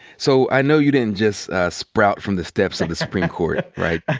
so i know you didn't just sprout from the steps of the supreme court, right?